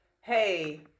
hey